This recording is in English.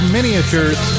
Miniatures